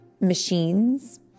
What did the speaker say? machines